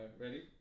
ready